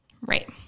Right